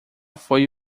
foi